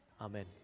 Amen